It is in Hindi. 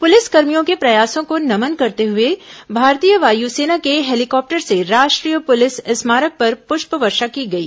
पुलिसकर्मियों के प्रयासों को नमन करते हुए भारतीय वायुसेना के हेलीकॉप्टर से राष्ट्रीय पुलिस स्मारक पर पुष्प वर्षा की गई